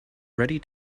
ready